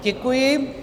Děkuji.